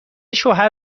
شوهر